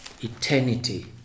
Eternity